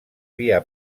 via